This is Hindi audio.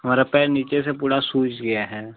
हमारा पैर नीचे से पूरा सूज गया है